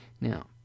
Now